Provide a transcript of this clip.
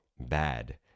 bad